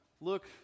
look